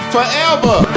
Forever